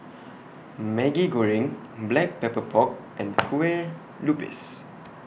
Maggi Goreng Black Pepper Pork and Kueh Lupis